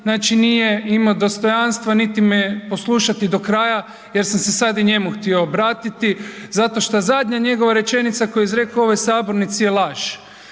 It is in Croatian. znači nije imao dostojanstva niti me poslušati do kraja jer sam se sad i njemu htio obratiti zato što zadnja njegova rečenica koju je izrekao u ovoj sabornici je laž.